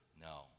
No